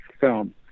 film